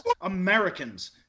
Americans